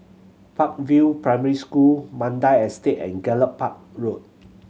Park View Primary School Mandai Estate and Gallop Park Road